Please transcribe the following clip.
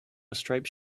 striped